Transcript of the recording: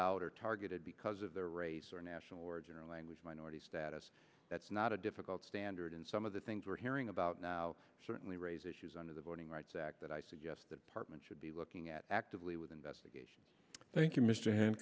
out or targeted because of their race or national origin or language minority status that's not a difficult standard and some of the things we're hearing about now certainly raise issues under the voting rights act that i suggested part men should be looking at actively with investigation thank